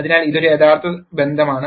അതിനാൽ ഇതൊരു യഥാർത്ഥ ബന്ധമാണ്